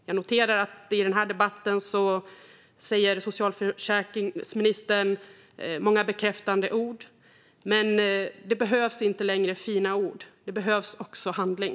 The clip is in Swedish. Jag noterar att i den här debatten säger socialförsäkringsministern många bekräftande ord. Men det behövs inte längre fina ord. Det behövs också handling.